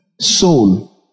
soul